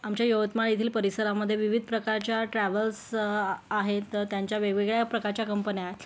आमच्या यवतमाळ येथील परिसरामध्ये विविध प्रकारच्या ट्रॅव्हल्स आहेत तर त्यांच्या वेगवेगळ्या प्रकारच्या कंपन्या आहेत